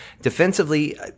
Defensively